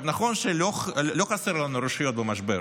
נכון שלא חסרות לנו רשויות במשבר,